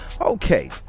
Okay